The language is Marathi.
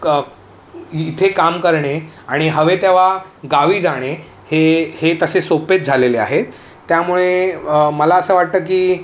क इथे काम करणे आणि हवे तेव्हा गावी जाणे हे हे तसे सोपेच झालेले आहे त्यामुळे मला असं वाटतं की